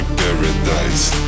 paradise